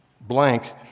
blank